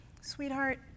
Sweetheart